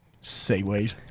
seaweed